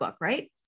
right